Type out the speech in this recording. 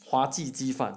华记鸡饭